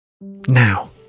Now